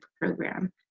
program